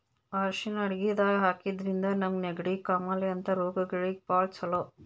ಅರ್ಷಿಣ್ ಅಡಗಿದಾಗ್ ಹಾಕಿದ್ರಿಂದ ನಮ್ಗ್ ನೆಗಡಿ, ಕಾಮಾಲೆ ಅಂಥ ರೋಗಗಳಿಗ್ ಭಾಳ್ ಛಲೋ